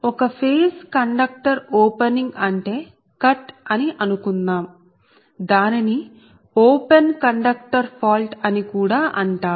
ఒక phase conductor opening అంటే cut అని అనుకుందాం దానిని ఓపెన్ కండక్టర్ ఫాల్ట్ అని కూడా అంటారు